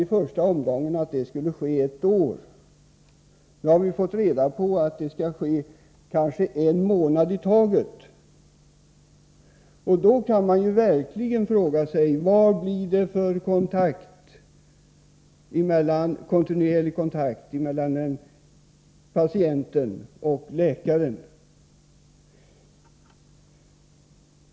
I första omgången sade man att en sådan tjänstgöring skulle gälla ett år. Nu har vi fått reda på att det kanske skall vara en månad i taget. Då kan man verkligen fråga sig: Vad blir det för kontinuerlig kontakt mellan patienten och läkaren?